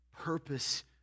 Purpose